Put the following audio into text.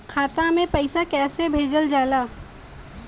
खाता में पैसा कैसे भेजल जाला?